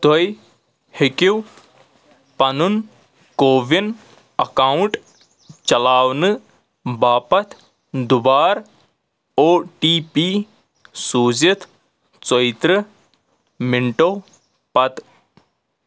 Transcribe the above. تُہۍ ہیٚکِو پنُن کووِن اکاؤنٛٹ چلاونہٕ باپتھ دُبارٕ او ٹی پی سوٗزِتھ ژوٚیہِ ترٕٛہ مِنٹو پتہٕ